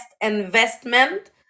investment